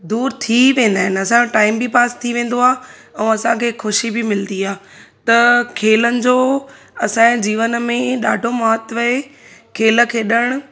दूरि थी वेंदा आहिनि असांजो टाइम बि पास थी वेंदो आहे ऐं असांखे ख़ुशी बि मिलंदी आहे त खेलनि जो असांजे जीवन में ॾाढो महत्व आहे खेल खेॾणु